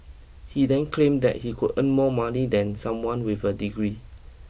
he then claim that he could earn more money than someone with a degree